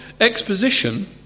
exposition